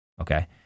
okay